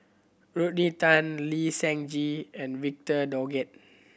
Rodney Tan Lee Seng Gee and Victor Doggett